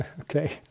okay